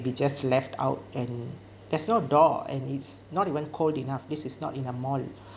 we just left out and there's no door and it's not even cold enough this is not in a mall